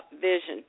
vision